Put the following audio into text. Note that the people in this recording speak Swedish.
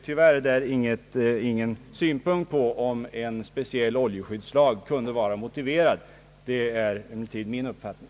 Tyvärr fick jag ingen synpunkt på frågan om en speciell oljeskyddslag kunde vara motiverad, vilket den är enligt min uppfattning.